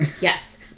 Yes